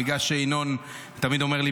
בגלל שינון תמיד אומר לי,